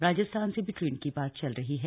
राजस्थान से भी ट्रेन की बात चल रही है